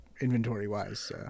inventory-wise